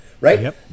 right